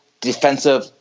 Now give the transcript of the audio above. defensive